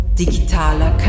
digitaler